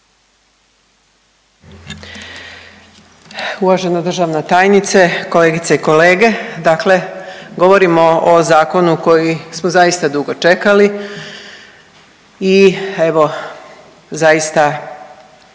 Uvažena državna tajnice, kolegice i kolege dakle govorimo o zakonu koji smo zaista dugo čekali i evo zaista